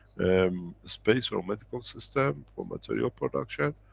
um space or a medical system for material production.